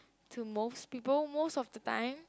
to most people most of the time